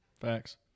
Facts